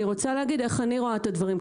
רוצה להגיד איך אני רואה את הדברים,